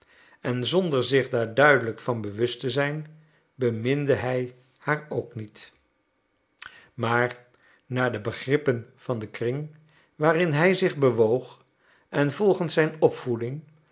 en zonder zich daar duidelijk van bewust te zijn beminde hij haar ook niet maar naar de begrippen van den kring waarin hij zich bewoog en volgens zijn opvoeding